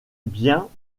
biens